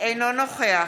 אינו נוכח